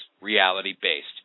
reality-based